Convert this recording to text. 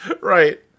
Right